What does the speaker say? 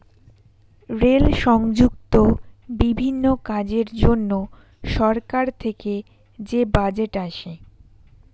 rail সংযুক্ত বিভিন্ন কাজের জন্য সরকার থেকে যে বাজেট আসে